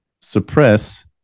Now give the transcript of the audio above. suppress